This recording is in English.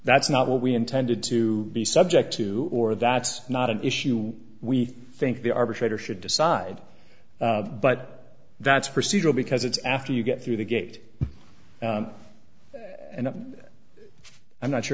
that's not what we intended to be subject to or that's not an issue we think the arbitrator should decide but that's procedural because it's after you get through the gate and i'm not sure